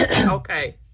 Okay